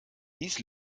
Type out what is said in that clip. dies